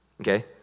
okay